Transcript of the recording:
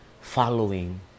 following